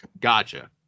Gotcha